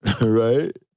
right